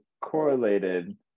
correlated